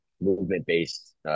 movement-based